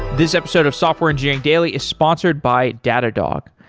this episode of software engineering daily is sponsored by datadog.